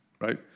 Right